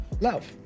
love